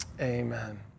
amen